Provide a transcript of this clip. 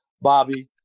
Bobby